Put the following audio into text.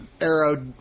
Arrow